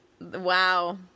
Wow